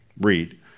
read